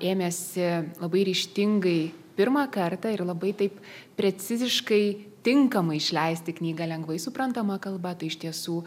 ėmėsi labai ryžtingai pirmą kartą ir labai taip preciziškai tinkamai išleisti knygą lengvai suprantama kalba tai iš tiesų